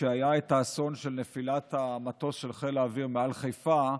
כשהיה האסון של נפילת המטוס של חיל האוויר מעל חיפה,